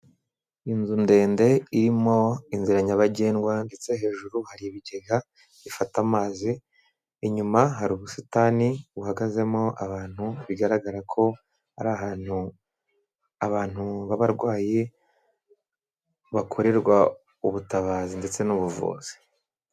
Inzu ndende irimo inzira nyabagendwa ndetse hejuru hari ibigega bifata amazi, inyuma hari ubusitani buhagazemo abantu bigaragara ko ari ahantu abantu b'abarwayi bakorerwa ubutabazi ndetse n'ubuvuzi.